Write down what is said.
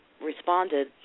responded